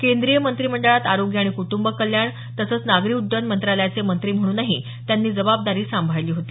केंद्रीय मंत्रिमंडळात आरोग्य आणि कुटंब कल्याण तसंच नागरी उड्डयन मंत्रालयाचे मंत्री म्हणूनही त्यांनी जबाबदारी सांभाळली होती